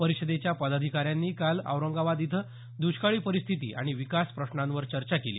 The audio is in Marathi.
परिषदेच्या पदाधिकाऱ्यांनी काल औरंगाबाद इथं दुष्काळी परिस्थिती आणि विकास प्रश्नांवर चर्चा केली